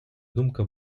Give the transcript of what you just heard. думка